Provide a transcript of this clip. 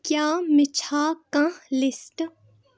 کیاہ مے چھا کانٛہہ لسٹہٕ